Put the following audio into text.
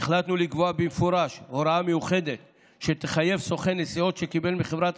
החלטנו לקבוע במפורש הוראה מיוחדת שתחייב סוכן נסיעות שקיבל מחברת